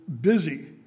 busy